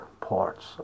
parts